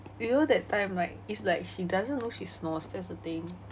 you know that time right it's like she doesn't know she snores that's the thing